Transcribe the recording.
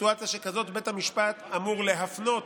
בסיטואציה שכזאת בית המשפט אמור להפנות